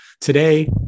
Today